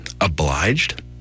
obliged